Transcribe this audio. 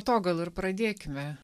to gal ir pradėkime